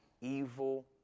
evil